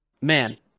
man